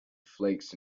flakes